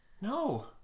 no